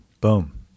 Boom